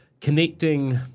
connecting